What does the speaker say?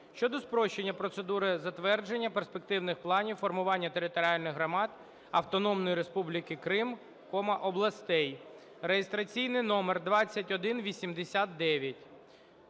(щодо спрощення процедури затвердження перспективних планів формування територій громад Автономної Республіки Крим, областей) (реєстраційний номер 2189).